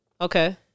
Okay